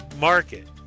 market